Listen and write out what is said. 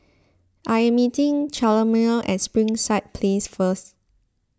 I am meeting Chalmer at Springside Place first